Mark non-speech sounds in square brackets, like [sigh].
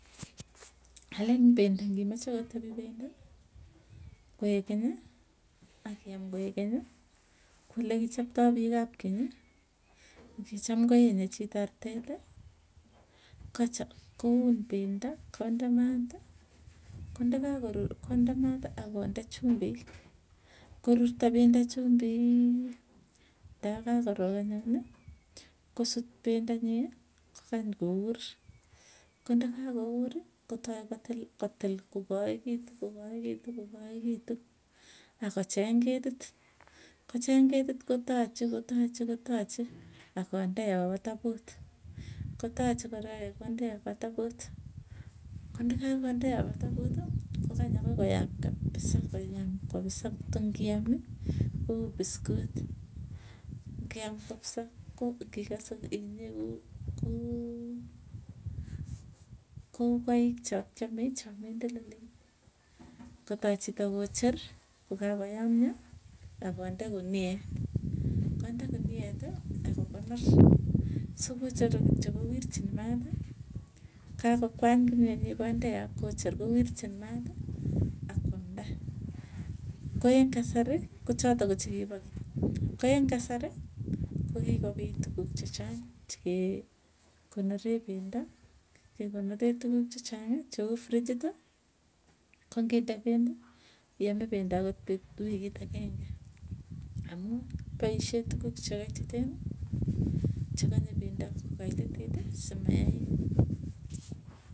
[noise] Alen pendo ngimache kotepi pendo, koekeny akiam koekeny kole ki chaptai piik ap keny, kokicham koenye chito artet kocha koun pendo, konde maati konde kakorur konde maat akonde chumbik. Korurto pendo chumbiik, tayakakorook anyuni kosut pendonyi kokany kour. Kondakouri kotoi kotil kogaegitu kogaegitu kogaegitu akocheng ketit, kocheng ketit kotachi kotachi kotachi. Akonde yapoo taput kotachi kora ake kondee yapo taput, ko ndakakonde yapo taputi kokany akoi koyam kapisa kosam kapisa koto ngiami kou biscuits ngiam kapsa inyee kou kou koek chakiamei chamindililen kotai chito kocher, kokakoyamyo akonde kuniet. [noise] Konde kunieti, akokonor sokocheru kityok kowirchin maati, kakokwany kimyetnyii kondee yoo, kocher kowirchin maati, akwamnda. Koeng kasari ko chotok ko chikipo keny ko eng kasarii, ko kikopiit tuguuk chechang chekee konoren pendo kekonoree tukuk chechang'ii cheu fridge ko nginde pendo iame pendo akot pet wikit agenge amuu poisyee tukuk chekaititeni, chekanye pendo kokaititit simayait. [noise]